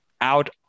out